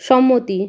সম্মতি